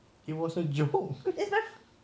it was a joke